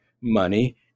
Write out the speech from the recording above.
money